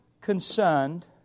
concerned